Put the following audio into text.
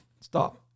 Stop